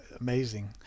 Amazing